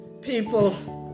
people